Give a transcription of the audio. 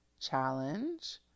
challenge